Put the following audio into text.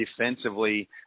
defensively